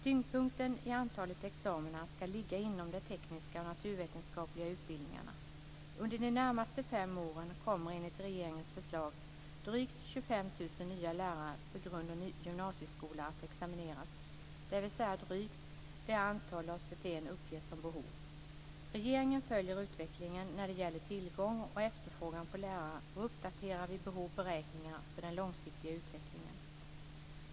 Tyngdpunkten i antalet examina skall ligga inom de tekniska och naturvetenskapliga utbildningarna. Under de närmaste fem åren kommer enligt regeringens förslag drygt 25 000 nya lärare för grund och gymnasieskola att examineras, dvs. drygt det antal Lars Hjertén uppger som behov. Regeringen följer utvecklingen när det gäller tillgång och efterfrågan på lärare och uppdaterar vid behov beräkningarna för den långsiktiga utvecklingen.